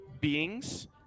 beings